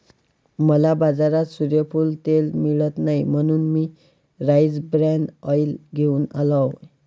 मला बाजारात सूर्यफूल तेल मिळत नाही म्हणून मी राईस ब्रॅन ऑइल घेऊन आलो आहे